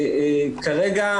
כרגע,